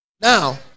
now